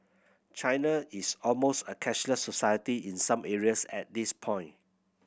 China is almost a cashless society in some areas at this point